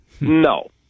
No